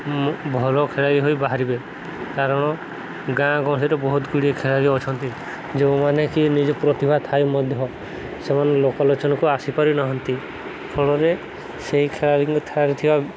ମୁଁ ଭଲ ଖେଳାଳି ହୋଇ ବାହାରିବେ କାରଣ ଗାଁ ଗହଳିରେ ବହୁତ ଗୁଡ଼ିଏ ଖେଳାଳି ଅଛନ୍ତି ଯେଉଁମାନେ କି ନିଜ ପ୍ରତିଭା ଥାଇ ମଧ୍ୟ ସେମାନେ ଲୋକଲୋଚନକୁ ଆସିପାରୁନାହାଁନ୍ତି ଫଳରେ ସେଇ ଖେଳାଳିଙ୍କଠାରେ ଥିବା